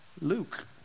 Luke